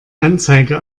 anzeige